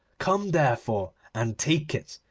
come therefore and take it,